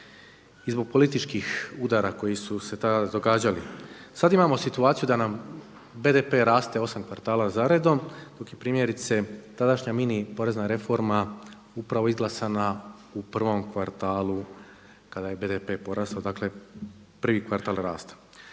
i zbog političkih udara koji su se tada događali. Sad imamo situaciju da nam BDP raste 8 kvartala zaredom, dok je primjerice tadašnja mini porezna reforma upravo izglasana u prvom kvartalu kada je BDP porastao, dakle prvi kvartal rastao.